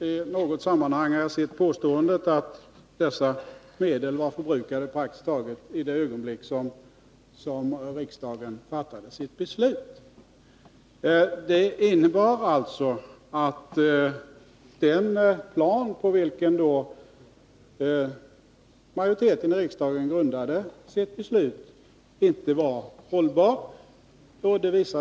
I något sammanhang har jag sett påståendet att dessa medel var förbrukade praktiskt taget i det ögonblick då riksdagen fattade sitt beslut. Det innebar alltså att den plan på vilken majoriteten i riksdagen grundade sitt beslut inte var hållbar.